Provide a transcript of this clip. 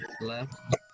left